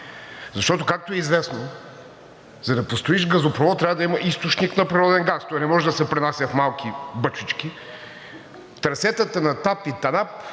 Защото, както е известно, за да построиш газопровод, трябва да има източник на природен газ, той не може да се пренася в малки бъчвички. Трасетата на ТАП и ТАНАП